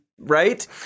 Right